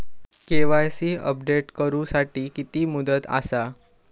KYC update करू साठी किती मुदत आसा?